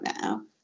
now